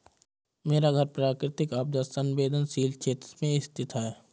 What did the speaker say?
मेरा घर प्राकृतिक आपदा संवेदनशील क्षेत्र में स्थित है